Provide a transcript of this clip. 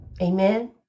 Amen